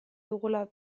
dugula